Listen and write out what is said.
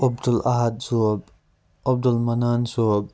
عبدالاحد صوب عبدالمنان صوب